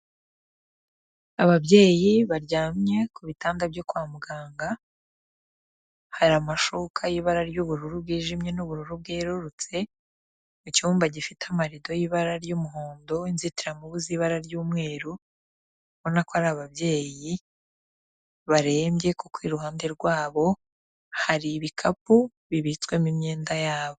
Ababyeyi baryamye ku bitanda byo kwa muganga, hari amashuka y'ibara ry'ubururu bwijimye n'ubururu bwerurutse, mu cyumba gifite amarido y'ibara ry'umuhondo, inzitiramubu z'ibara ry'umweru, ubona ko ari ababyeyi barembye, kuko iruhande rwabo hari ibikapu bibitswemo imyenda yabo.